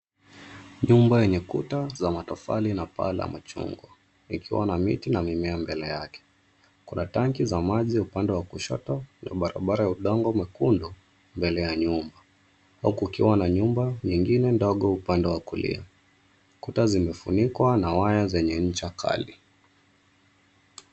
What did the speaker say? Nyumba yenye kuta za matofali na paa la machungwa ikiwa na miti na mimea mbele yake. Kuna tanki za maji upande wa kushoto na barabara ya udongo mwekundu mbele ya nyuma. Huku kukiwa na nyumba nyingine ndogo upande wa kulia. Kuta zimefunikwa na waya zenye ncha kali.